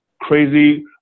crazy